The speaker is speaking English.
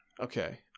Okay